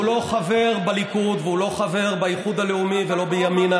הוא לא חבר בליכוד והוא לא חבר באיחוד הלאומי ולא בימינה.